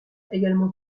également